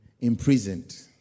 imprisoned